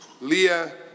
Leah